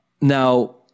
Now